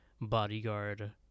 bodyguard